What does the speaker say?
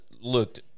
looked